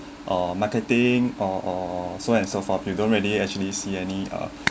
uh marketing or or so and so forth we don't really actually see any uh